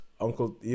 Uncle